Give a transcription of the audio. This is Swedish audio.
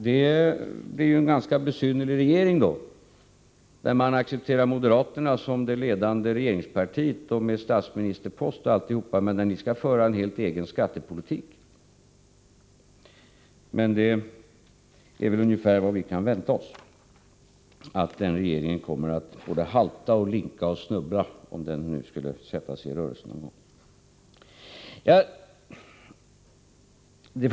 Det blir då en ganska besynnerlig regering, där man accepterar moderaterna som det ledande regeringspartiet, med statsministerpost och alltihopa, men där ni skall föra en helt egen skattepolitik. Men det är väl ungefär vad vi kan vänta oss, att den regeringen kommer att linka och halta och snubbla, om den nu skulle sätta sig i rörelse någon gång.